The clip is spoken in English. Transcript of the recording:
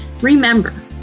Remember